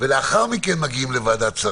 כולל הרווחה וכולל כולם.